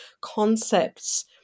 concepts